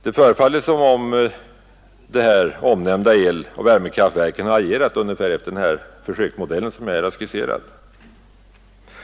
Det förefaller som om de omnämnda eloch värmekraftverksintressenterna har agerat efter den försöksmodell som jag här har skisserat.